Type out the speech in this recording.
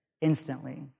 instantly